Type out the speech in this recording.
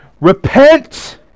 Repent